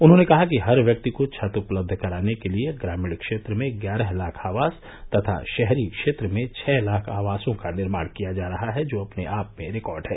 उन्होंने कहा कि हर व्यक्ति को छत उपलब्ध कराने के लिए ग्रामीण क्षेत्र में ग्यारह लाख आवास तथा शहरी क्षेत्र में छह लाख आवासों का निर्माण किया जा रहा है जो अपने आप में एक रिकॉर्ड है